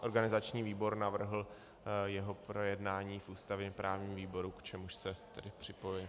Organizační výbor navrhl jeho projednání v ústavněprávním výboru, k čemuž se připojuji.